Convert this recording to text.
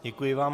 Děkuji vám.